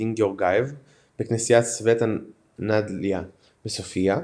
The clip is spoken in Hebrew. קונסטנטין גאורגייב בכנסיית "סווטה נדליה" בסופיה.